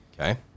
Okay